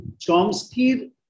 Chomsky